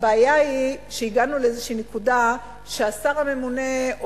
הבעיה היא שהגענו לאיזושהי נקודה שהשר הממונה,